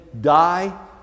die